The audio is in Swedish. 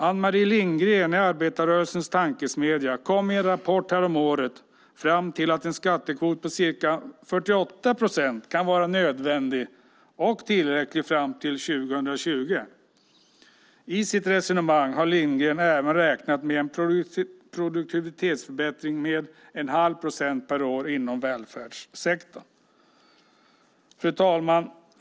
Ann-Marie Lindgren, Arbetarrörelsens tankesmedja, kom i en rapport häromåret fram till att en skattekvot på ca 48 procent kan vara nödvändig och tillräcklig fram till 2020. I sitt resonemang har Lindgren även räknat med en produktivitetsförbättring med en halv procent per år inom välfärdssektorn. Fru talman!